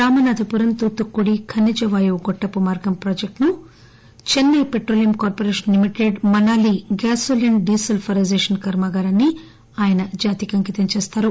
రామనాథపురం తూత్తుక్కుడి ఖనిజవాయువు గొట్టపు మార్గం ప్రాజెక్ట్ ను Chennai petroleum corporation limited Manali gasoline desulphurisation కర్మాగారాన్ని ఆయన జాతికి అంకితం చేస్తారు